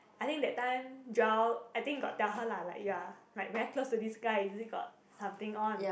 I think that time Joel I think got tell her lah like ya like very close to this guy is it got something on